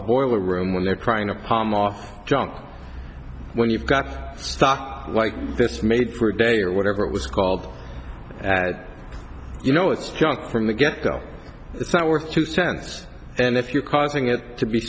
boiler room when they're trying a palm off drunk when you've got a stock like this made for a day or whatever it was called that you know it's junk from the get go it's not worth two cents and if you're causing it to be